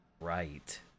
Right